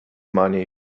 money